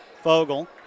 Fogle